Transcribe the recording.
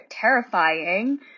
terrifying